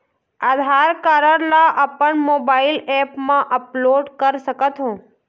आधार card ला अपन mobile app मा अपलोड कर सकथों?